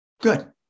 good